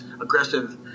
aggressive